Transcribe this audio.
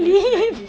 blake lively